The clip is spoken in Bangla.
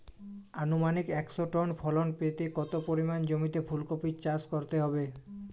আনুমানিক একশো টন ফলন পেতে কত পরিমাণ জমিতে ফুলকপির চাষ করতে হবে?